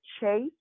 chase